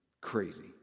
Crazy